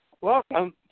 Welcome